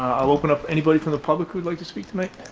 i'll open up anybody from the public who'd like to speak tonight.